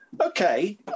Okay